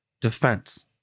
defense